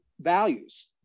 values